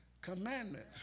commandment